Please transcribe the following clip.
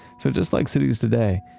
so just like cities today,